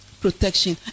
Protection